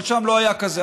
אבל שם לא היה כזה,